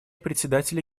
председателя